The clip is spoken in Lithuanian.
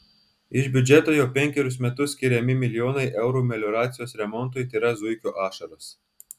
iš biudžeto jau penkerius metus skiriami milijonai eurų melioracijos remontui tėra zuikio ašaros